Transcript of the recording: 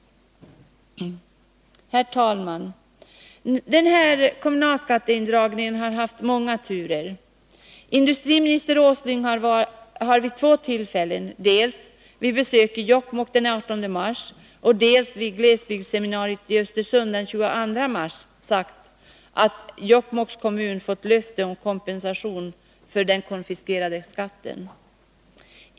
Herr talman! Det har varit många turer kring den här kommunalskatteindragningen. Industriminister Åsling har vid två tillfällen — dels vid besök i Jokkmokk den 18 mars, dels vid glesbygdsseminariet i Östersund den 22 mars — sagt att Jokkmokks kommun har fått löfte om kompensation för den konfiskerade skatten.